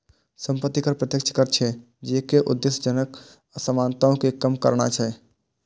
संपत्ति कर प्रत्यक्ष कर छियै, जेकर उद्देश्य धनक असमानता कें कम करनाय छै